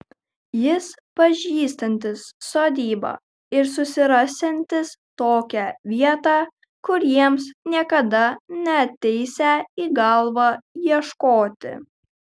jis pažįstantis sodybą ir susirasiantis tokią vietą kur jiems niekada neateisią į galvą ieškoti